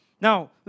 Now